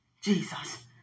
Jesus